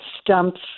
stumps